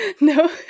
no